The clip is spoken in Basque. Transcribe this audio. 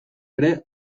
ere